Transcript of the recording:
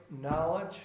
knowledge